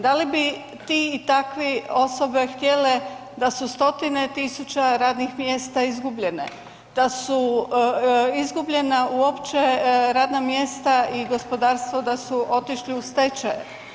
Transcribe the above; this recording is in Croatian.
Da li bi ti i takvi osobe htjele da su stotine tisuća radnih mjesta izgubljene, da su izgubljena uopće radna mjesta i gospodarstvo da su otišli u stečaj?